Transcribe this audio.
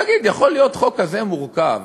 תגיד, יכול להיות חוק כזה מורכב